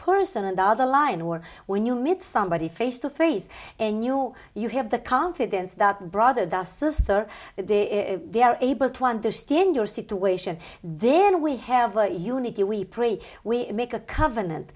person and the other line or when you meet somebody face to face and you you have the confidence that brother their sister that they are able to understand your situation then we have a uni we pray we make a covenant